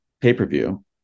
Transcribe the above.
pay-per-view